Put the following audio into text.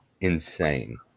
insane